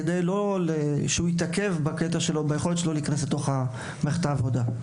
כדי שהוא לא יתעכב ביכולת שלו להיכנס לתוך מערת העבודה.